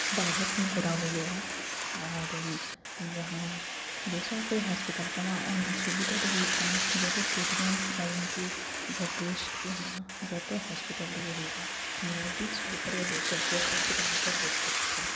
ᱵᱟᱨᱦᱮ ᱠᱷᱚᱱ ᱠᱚᱨᱟᱣ ᱦᱩᱭᱩᱜᱼᱟ ᱟᱨ ᱡᱟᱦᱟᱸ ᱵᱮᱥᱚᱨᱠᱟᱨᱤ ᱦᱟᱸᱥᱯᱟᱛᱟᱞ ᱠᱟᱱᱟ ᱚᱱᱟ ᱥᱩᱵᱤᱫᱟ ᱫᱚ ᱦᱩᱭᱩᱜ ᱠᱟᱱᱟ ᱡᱚᱛᱚ ᱴᱨᱤᱴᱢᱮᱸᱴ ᱮᱢᱚᱱ ᱠᱤ ᱡᱟᱦᱟᱸ ᱴᱨᱮᱥᱴ ᱠᱚ ᱦᱮᱱᱟᱜᱼᱟ ᱡᱚᱛᱚ ᱦᱚᱥᱯᱤᱴᱟᱞ ᱨᱮᱜᱮ ᱦᱩᱭᱩᱜᱼᱟ ᱱᱤᱭᱟᱹᱜᱮ ᱥᱚᱨᱠᱟᱨᱤ ᱟᱨ ᱵᱮᱥᱚᱨᱠᱟᱨᱤ ᱦᱚᱥᱯᱤᱴᱟᱞ ᱢᱚᱛᱚᱨᱮ ᱛᱚᱛᱛᱷᱚ ᱫᱚ ᱠᱟᱱᱟ